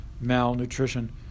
malnutrition